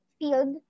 field